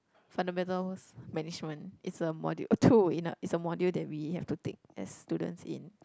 fundamentals management it's a module oh too in a it's a module that we have to take as students in